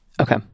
okay